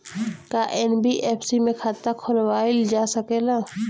का एन.बी.एफ.सी में खाता खोलवाईल जा सकेला?